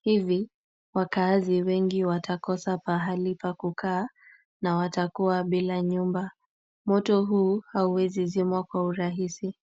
Hivi wakaazi wengi watakosa pahali pa kukaa na watakuwa bila nyumba. Moto huu hauwezi zimwa kwa urahisi.